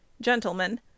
gentlemen